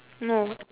no